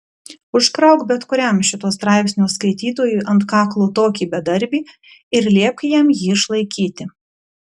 užkrauk bet kuriam šito straipsnio skaitytojui ant kaklo tokį bedarbį ir liepk jam jį išlaikyti